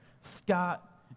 Scott